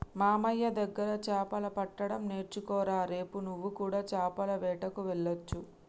మామయ్య దగ్గర చాపలు పట్టడం నేర్చుకోరా రేపు నువ్వు కూడా చాపల వేటకు వెళ్లొచ్చు